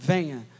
Venha